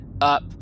up